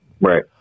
Right